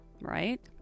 Right